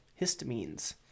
Histamines